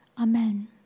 Amen